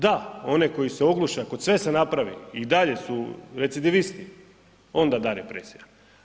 Da, one koji se ogluše, ako sve se napravi i dalje su recidivisti onda da represija.